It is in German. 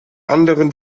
anderen